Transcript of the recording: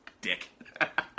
Dick